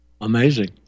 Amazing